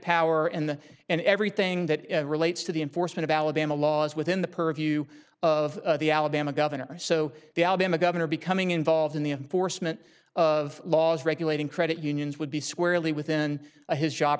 power and and everything that relates to the enforcement of alabama laws within the purview of the alabama governor so the alabama governor becoming involved in the enforcement of laws regulating credit unions would be squarely within his job